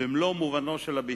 במלוא מובנו של הביטוי.